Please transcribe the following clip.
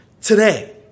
today